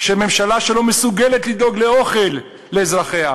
שממשלה שלא מסוגלת לדאוג לאוכל לאזרחיה,